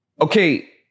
Okay